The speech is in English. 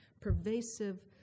pervasive